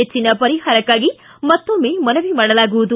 ಹೆಚ್ಚಿನ ಪರಿಹಾರಕ್ಕಾಗಿ ಮತ್ತೊಮ್ಮೆ ಮನವಿ ಮಾಡಲಾಗುವುದು